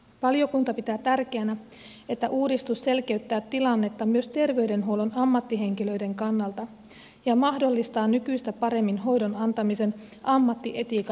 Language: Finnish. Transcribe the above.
valiokunta pitää tärkeänä että uudistus selkeyttää tilannetta myös terveydenhuollon ammattihenkilöiden kannalta ja mahdollistaa nykyistä paremmin hoidon antamisen ammattietiikan mukaisesti